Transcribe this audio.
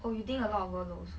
what you think a lot of work loads